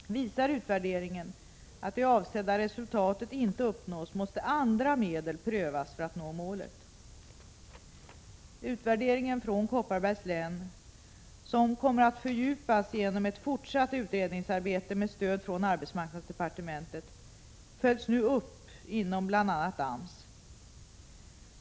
Visar utvärderingen att det avsedda resultatet inte uppnås, måste andra medel prövas för att nå målet. Utvärderingen från Kopparbergs län — som kommer att fördjupas genom ett fortsatt utredningsarbete med stöd från arbetsmarknadsdepartementet — följs nu upp inom bl.a. AMS.